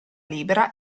libera